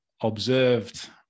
observed